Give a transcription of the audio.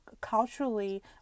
culturally